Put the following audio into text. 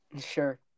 Sure